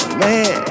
man